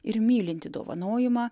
ir mylinti dovanojimą